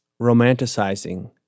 romanticizing